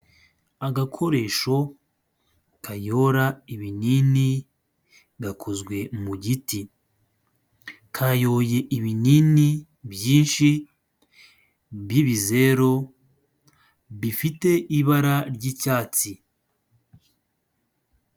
Agakoresho kayora ibinini, gakozwe mu giti. Kayoye ibinini byinshi by'ibizero, bifite ibara ry'icyatsi.